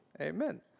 Amen